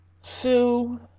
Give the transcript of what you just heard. Sue